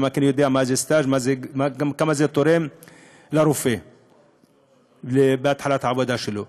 כי אני יודע מה זה סטאז' ויודע כמה זה תורם לרופא בהתחלת העבודה שלו.